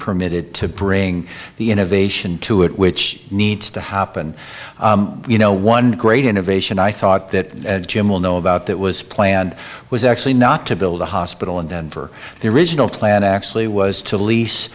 permitted to bring the innovation to it which needs to happen you know one great innovation i thought that jim will know about that was planned was actually not to build a hospital in denver the original plan actually was to lease